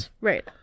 right